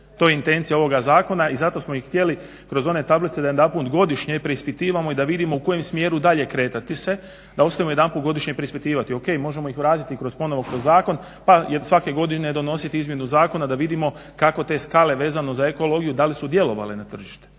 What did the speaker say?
to je intencija ovoga zakona i zato smo i htjeli kroz one tablice da …/Ne razumije se./… godišnje preispitivamo i vidimo u kojem smjeru dalje kretati se, da uspijemo jedanput godišnje preispitivati, ok možemo ih vratiti kroz ponovo kroz zakon pa, jer svake godine donositi izmjenu zakona da vidimo kako te skale vezano za ekologiju da li su djelovale na tržište,